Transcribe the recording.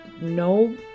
no